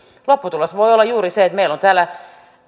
lopputulos voi olla juuri se että meillä on täällä